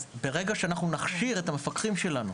ברגע שנכשיר את המפקחים שלנו,